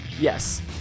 yes